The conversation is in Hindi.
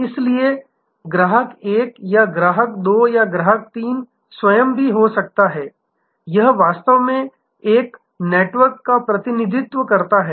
इसलिए ग्राहक 1 या ग्राहक 2 या ग्राहक 3 स्वयं भी हो सकता है यह वास्तव में एक नेटवर्क का प्रतिनिधित्व करता है